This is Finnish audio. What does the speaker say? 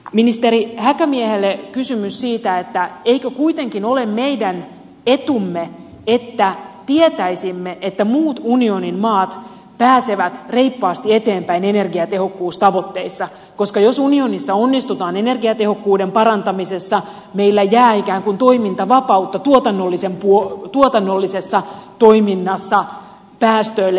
ministeri häkämiehelle kysymys siitä että eikö kuitenkin ole meidän etumme että tietäisimme että muut unionin maat pääsevät reippaasti eteenpäin energiatehokkuustavoitteissa koska jos unionissa onnistutaan energiatehokkuuden parantamisessa meillä jää ikään kuin toimintavapautta tuotannollisessa toiminnassa päästöille